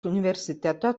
universiteto